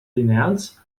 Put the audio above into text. lineals